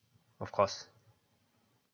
of course